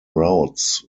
routes